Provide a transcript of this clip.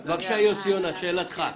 בבקשה יוסי יונה, שאלתך.